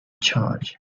charge